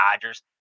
Dodgers